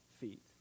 feet